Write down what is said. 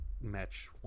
match